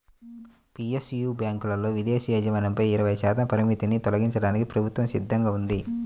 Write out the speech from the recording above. PSU బ్యాంకులలో విదేశీ యాజమాన్యంపై ఇరవై శాతం పరిమితిని తొలగించడానికి ప్రభుత్వం సిద్ధంగా ఉంది